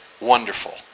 wonderful